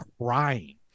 crying